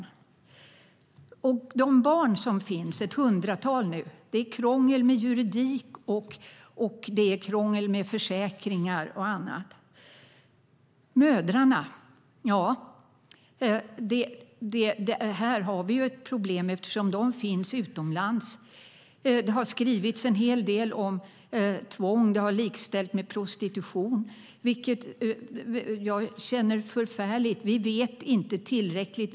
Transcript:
När det gäller de barn som nu finns är det krångel med juridik, försäkringar och annat. När det gäller mödrarna har vi ett problem eftersom de finns utomlands. Det har skrivits en hel del om tvång. Det har likställts med prostitution, vilket jag tycker är förfärligt. Vi vet inte tillräckligt.